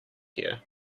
here